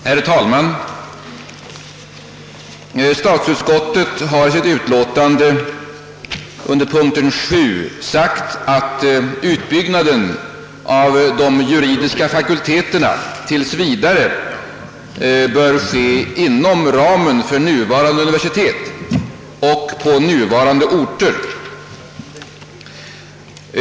Herr talman! Statsutskottet har under punkten 7 i sitt utlåtande nr 40 uttalat att utbyggnaden av de juridiska fakulteterna tills vidare bör ske inom ramen för nuvarande universitet och på nuvarande orter.